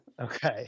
Okay